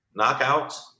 knockouts